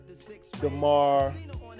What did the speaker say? Gamar